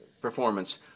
performance